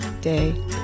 day